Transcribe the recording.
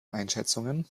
einschätzungen